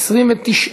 1 נתקבל.